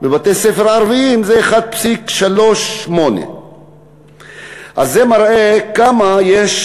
ובבתי-הספר הערביים זה 1.38. זה מראה איזה פער יש